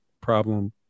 problem